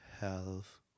health